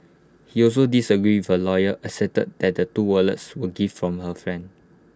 he also disagreed her lawyer asserted that the two wallets were gifts from her friend